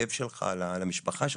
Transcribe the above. ללב שלך ולמשפחה שלך.